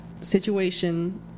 situation